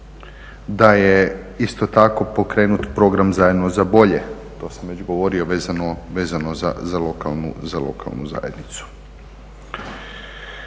da je isto tako pokrenut Program "Zajedno za bolje", to sam već govorio vezano za lokalnu zajednicu.